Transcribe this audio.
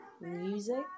music